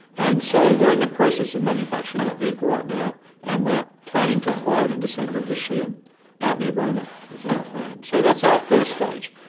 and so we are in the process of manufacturing that vehicle right now and we are planning to fly it in december of this year out near roma is our plan. so that's our first stage.